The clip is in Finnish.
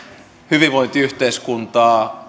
hyvinvointiyhteiskuntaa